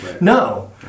no